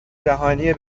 جهانی